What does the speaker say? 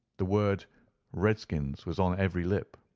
the word redskins was on every lip.